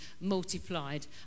multiplied